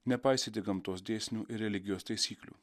nepaisyti gamtos dėsnių ir religijos taisyklių